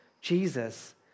Jesus